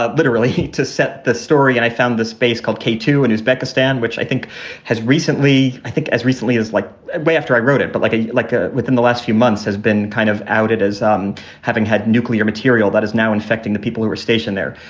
ah literally to set the story. and i found this base called k two. and it's pakistan, which i think has recently i think as recently as like way after i wrote it. but like i like ah within the last few months has been kind of outed as um having had nuclear material that is now infecting the people who were stationed there.